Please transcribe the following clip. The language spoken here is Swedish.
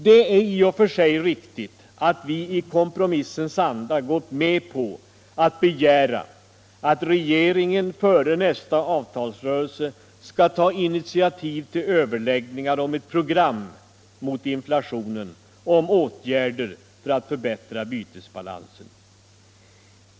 Det är ju i och för sig riktigt att vi i kompromissens anda har gått med på att begära att regeringen före nästa avtalsrörelse skall ta initiativ till överläggningar om ett program mot inflationen och om åtgärder för att förbättra bytesbalansen.